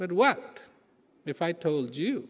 but what if i told you